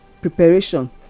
preparation